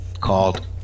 called